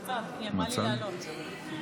אדוני היושב-ראש,